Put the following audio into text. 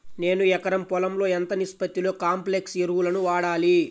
నేను ఎకరం పొలంలో ఎంత నిష్పత్తిలో కాంప్లెక్స్ ఎరువులను వాడాలి?